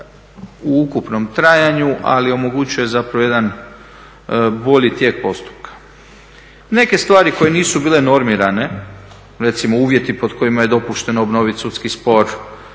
u ukupnom trajanju ali omogućuje zapravo jedan bolji tijek postupka. Neke stvari koje nisu bile normirane, recimo uvjeti pod kojima je dopušteno obnoviti sudski spor,